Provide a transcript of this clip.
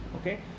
Okay